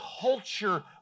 culture